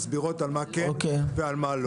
שמסבירות על מה זה כן חל ועל מה זה לא חל.